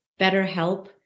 BetterHelp